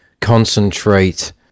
concentrate